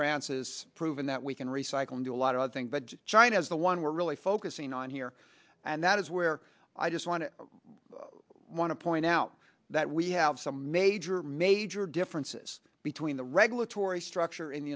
france has proven that we can recycle into a lot of things but china is the one we're really focusing on here and that is where i just want to want to point out that we have some major major differences between the regulatory structure in the